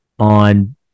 on